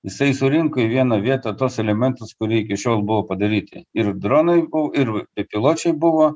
jisai surinko į vieną vietą tuos elementus kurie iki šiol buvo padaryti ir dronai buvo ir bepiločiai buvo